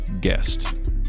guest